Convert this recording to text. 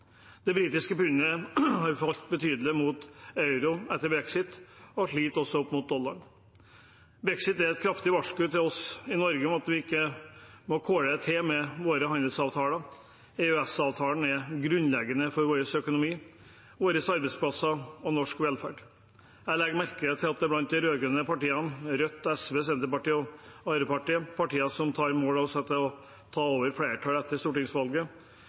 Det britiske pundet har falt betydelig mot euroen etter brexit og sliter også opp mot dollaren. Brexit er et kraftig varsko til oss i Norge om at vi ikke må kåle det til med våre handelsavtaler. EØS-avtalen er grunnleggende for vår økonomi, våre arbeidsplasser og norsk velferd. Jeg legger merke til at blant de rød-grønne partiene – Rødt, SV, Senterpartiet og Arbeiderpartiet, partier som tar mål av seg til å ta over flertallet etter stortingsvalget